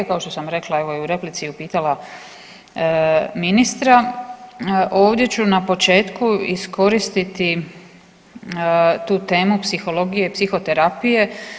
Kao što sam rekla i u replici pitala ministra ovdje ću na početku iskoristiti tu temu psihologije i psihoterapije.